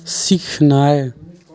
सीखनाइ